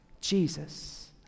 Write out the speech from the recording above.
Jesus